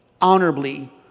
Honorably